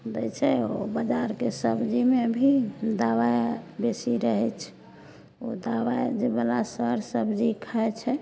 दै छै बजारके सबजीमे भी दबाइ बेसी रहैत छै ओ दबाइ जे बला सर सबजी खाइत छै